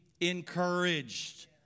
encouraged